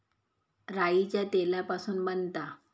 राईच्या तेलापासून बनता